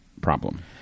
problem